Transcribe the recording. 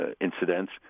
incidents